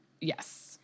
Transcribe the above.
yes